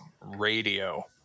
radio